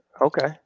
Okay